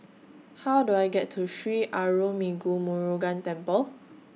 How Do I get to Sri Arulmigu Murugan Temple